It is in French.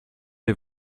les